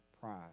pride